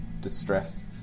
distress